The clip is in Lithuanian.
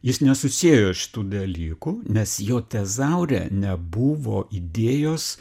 jis nesusiejo šitų dalykų nes jo tezaure nebuvo idėjos